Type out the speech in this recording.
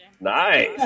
Nice